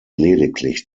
lediglich